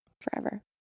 Forever